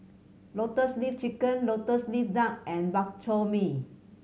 Lotus Leaf Chicken Lotus Leaf Duck and Bak Chor Mee